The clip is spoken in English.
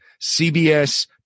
CBS